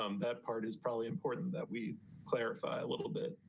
um that part is probably important that we clarify a little bit